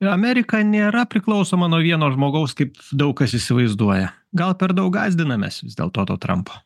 ir amerika nėra priklausoma nuo vieno žmogaus kaip daug kas įsivaizduoja gal per daug gąsdinamės vis dėlto to trampo